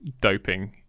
doping